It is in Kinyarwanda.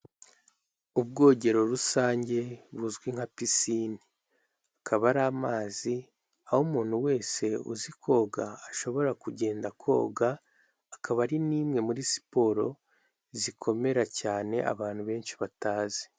Ubwogero rusange buzwi nka pisine, akaba ari amazi aho umuntu wese uzi koga ashobora kugenda koga akaba ari n'imwe muri siporo zikomera cyane abantu benshi batazi.